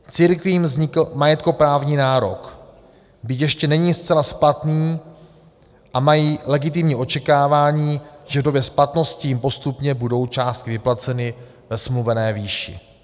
Církvím vznikl majetkoprávní nárok, byť ještě není zcela splatný, a mají legitimní očekávání, že v době splatnosti jim postupně budou částky vyplaceny ve smluvené výši.